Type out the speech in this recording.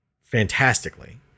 fantastically